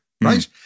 right